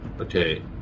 Okay